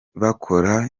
bakora